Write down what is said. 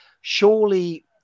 surely